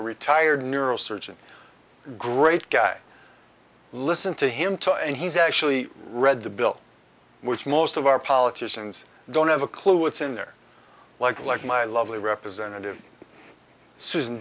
retired neurosurgeon great guy listen to him too and he's actually read the bill which most of our politicians don't have a clue it's in there like like my lovely representative susan